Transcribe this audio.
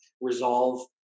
resolve